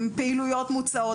עם פעילויות מוצעות.